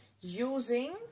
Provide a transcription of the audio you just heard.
using